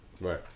Right